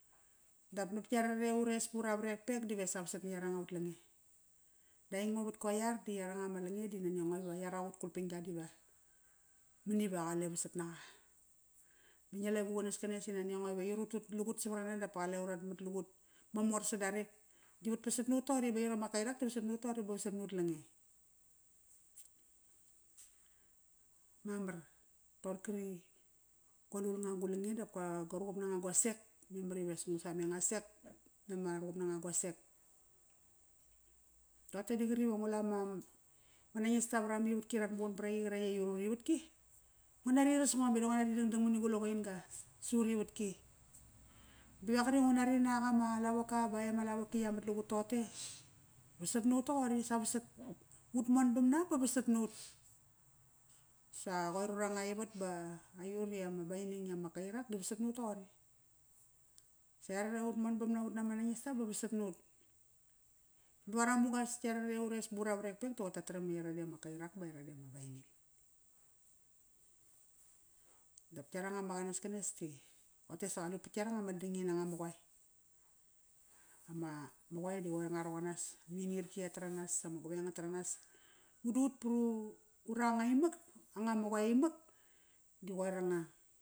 Dap nap iarare ures bura vrekpek di vesa vasat na iaranga ut lange. Da aingo vat go iar di iaranga ma lange di nani ango iva iarak ut qulping-ga diva mani va qale vasat naqa. Ba ngi la gu qanaskanes ive nani aingo ive aiut utat lagut savarana dapa qale urat mat lagut mamor sadarek. Di vatpasat nut toqori ba aiut ama Kairak di vasat nut toqori ba vasat nut lange. Mamar toqorkri go lulnga gu lange dap go, gua ruqup nanga gua sek, memar ivas ngu sameng asek, memar ivas ngu sameng asek, di ama ruqup nanga gua sek. Roqote di qri va ngu la ma, ma nangista vra mivatki rat muqun varaqi qarekt i aiut urivatki, ngo nari irasngo meda ngo nari dangdang. Bave qri ngu nari nak ama lavoka ba etk ama lavoki ia mat lugut toqote, vasat nut toqori s vasat. Ut mon vamna ba vasat nut. Sa qoir uranga ivat ba aiut ama Baining i ama Kairak di vasat nut toqori. Sa iarare ut monvamna ut nama nangista ba vasat nut. Ara mugas iarare ures ba ura varekpek di qoir tataram i aira di ama Kairak ba aira di ama Baining. Dap iaranga ma qanaskanes di roqote sa qalut vat iaranga ma dangdangini nanga ma qoe. Ama ma qoe di qoir nga roqon nas. Aminirki ia taranas, ama gueng nga taranas. Madu ut pat uranga imak, anga ma qoe imak, di qoir anga.